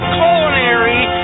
culinary